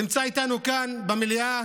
נמצא איתנו כאן במליאה